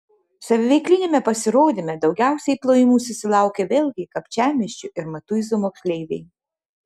saviveikliniame pasirodyme daugiausiai plojimų susilaukė vėlgi kapčiamiesčio ir matuizų moksleiviai